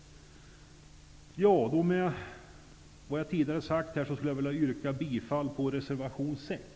Med vad jag här har sagt yrkar jag bifall till reservation 6.